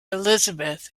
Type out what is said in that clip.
elizabeth